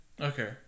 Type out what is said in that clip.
Okay